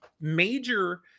major